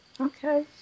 Okay